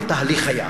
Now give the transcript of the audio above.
אבל תהליך היה,